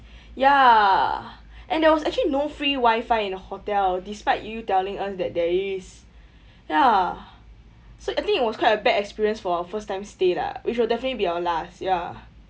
ya and there was actually no free wifi in the hotel despite you telling us that there is ya so I think it was quite a bad experience for our first time stay lah which will definitely be our last ya